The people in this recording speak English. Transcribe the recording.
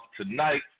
Tonight